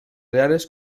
reales